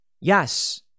Yes